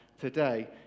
today